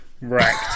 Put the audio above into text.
wrecked